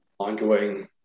ongoing